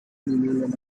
email